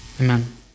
Amen